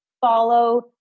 follow